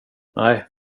nej